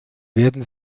werden